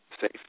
safe